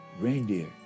reindeer